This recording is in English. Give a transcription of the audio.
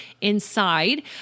inside